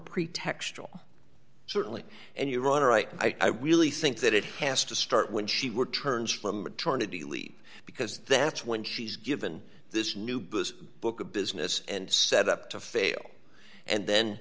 pretextual certainly and your honor i really think that it has to start when she returns from maternity leave because that's when she's given this new bus book a business and set up to fail and then